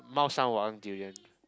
Mao-Shan-Wang durian